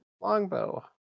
longbow